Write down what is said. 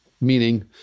Meaning